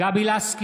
גבי לסקי,